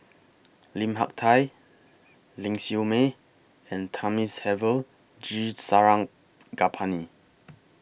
Lim Hak Tai Ling Siew May and Thamizhavel G Sarangapani